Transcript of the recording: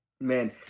Man